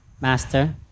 Master